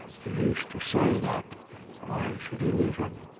he used to say that why should he leave him?